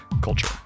Culture